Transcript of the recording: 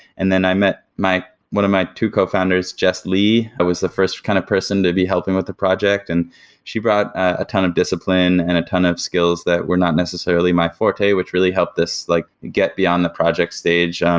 and then i met one of my two co-founders, jess lee that ah was the first kind of person to be helping with the project. and she brought a ton of discipline and a ton of skills that were not necessarily my forte, which really helped this like get beyond the project stage. um